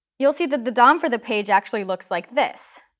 you'll see that the dom for the page actually looks like this.